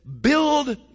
build